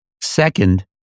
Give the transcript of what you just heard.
Second